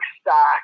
stock